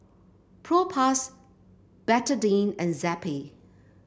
Propass Betadine and Zappy